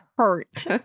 hurt